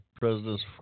president's